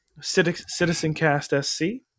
CitizenCastSC